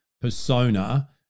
persona